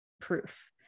proof